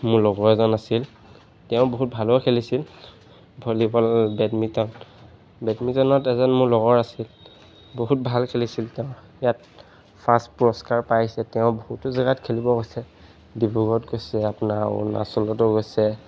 মোৰ লগৰ এজন আছিল তেওঁ বহুত ভালো খেলিছিল ভলীবল বেডমিণ্টন বেডমিণ্টনত এজন মোৰ লগৰ আছিল বহুত ভাল খেলিছিল তেওঁ ইয়াত ফাৰ্ষ্ট পুৰস্কাৰ পাইছে তেওঁ বহুতো জেগাত খেলিব গৈছে ডিব্ৰুগড়ত গৈছে আপোনাৰ অৰুণাচলতো গৈছে